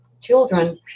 children